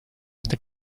hasta